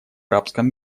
арабском